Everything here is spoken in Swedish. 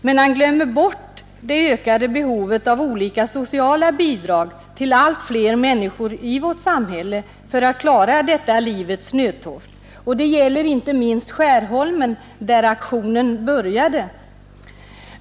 Men han glömmer bort det ökade behovet av olika sociala bidrag till allt fler människor i vårt samhälle för att klara detta livets nödtorft, och det gäller inte minst Skärholmen, där aktionen började.